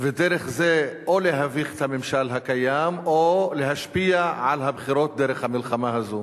ודרך זה או להביך את הממשל הקיים או להשפיע על הבחירות דרך המלחמה הזאת.